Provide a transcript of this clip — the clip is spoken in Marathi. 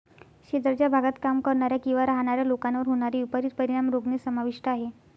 शेजारच्या भागात काम करणाऱ्या किंवा राहणाऱ्या लोकांवर होणारे विपरीत परिणाम रोखणे समाविष्ट आहे